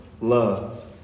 love